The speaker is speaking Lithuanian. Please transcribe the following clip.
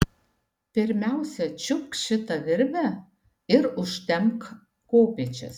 pirmiausia čiupk šitą virvę ir užtempk kopėčias